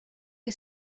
que